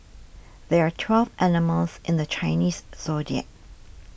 there are twelve animals in the Chinese zodiac